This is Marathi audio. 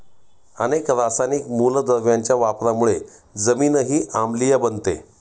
अनेक रासायनिक मूलद्रव्यांच्या वापरामुळे जमीनही आम्लीय बनते